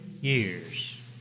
years